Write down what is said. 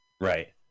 right